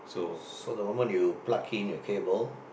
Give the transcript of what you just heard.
so the moment you plug in your cable